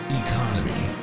economy